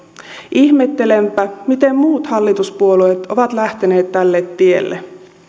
ihmettelenpä miten muut hallituspuolueet ovat lähteneet tälle tielle